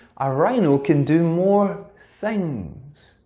a rhino can do more things.